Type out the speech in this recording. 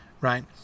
Right